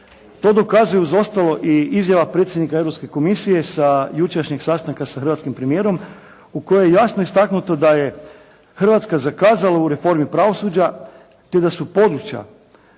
To dokazuje uz ostalo i izjava predsjednika Europske komisije sa jučerašnjeg sastanka sa hrvatskim premijerom, u kojoj je jasno istaknuto da je Hrvatska zakazala u reformi pravosuđa te da su područja